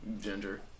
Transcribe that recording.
Ginger